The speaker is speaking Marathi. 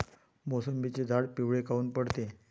मोसंबीचे झाडं पिवळे काऊन पडते?